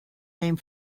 name